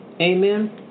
Amen